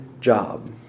job